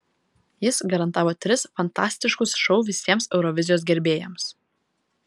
jis garantavo tris fantastiškus šou visiems eurovizijos gerbėjams